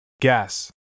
GAS